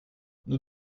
nous